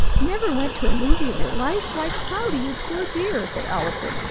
never went to a movie in your life! why, cloudy, you poor dear! said allison,